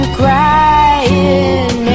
crying